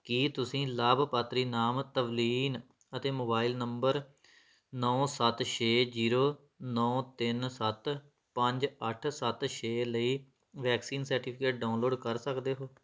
ਕੀ ਤੁਸੀਂ ਲਾਭਪਾਤਰੀ ਨਾਮ ਤਵਲੀਨ ਅਤੇ ਮੋਬਾਈਲ ਨੰਬਰ ਨੌ ਸੱਤ ਛੇ ਜ਼ੀਰੋ ਨੌ ਤਿੰਨ ਸੱਤ ਪੰਜ ਅੱਠ ਸੱਤ ਛੇ ਲਈ ਵੈਕਸੀਨ ਸਰਟੀਫਿਕੇਟ ਡਾਊਨਲੋਡ ਕਰ ਸਕਦੇ ਹੋ